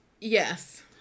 Yes